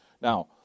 now